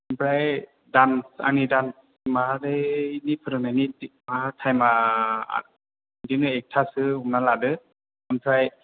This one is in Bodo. ओमफ्राय दाम आंनि दाम माबानानै फोरोंनायनि थाइमआ बिदिनो एकथासो हमना लादो ओमफ्राय